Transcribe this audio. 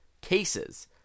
cases